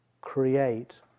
create